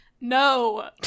No